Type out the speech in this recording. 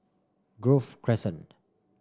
Grove Crescent